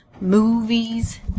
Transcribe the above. movies